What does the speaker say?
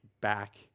back